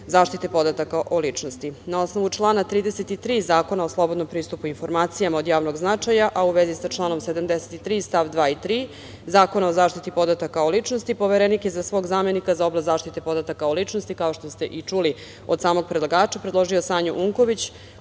zaštite podataka o ličnost. Na osnovu člana 33. Zakona o slobodnom pristupu i informacija od javnog značaja, a u vezi sa članom 73. stav 2. i 3. Zakona o zaštiti podataka o ličnosti, Poverenik je za svog zamenika za oblast zaštite podataka o ličnosti, kao što ste i čuli od samog predlagača, predložio Sanju Unković,